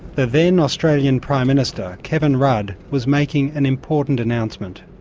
the then australian prime minister, kevin rudd, was making an important announcement.